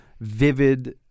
vivid